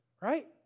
Right